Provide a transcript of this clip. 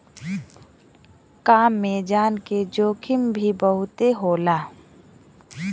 काम में जान के जोखिम भी बहुते होला